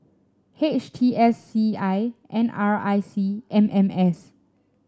H T S C I N R I C M M S